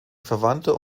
verwandter